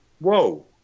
Whoa